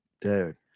Dude